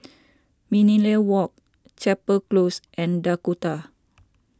Millenia Walk Chapel Close and Dakota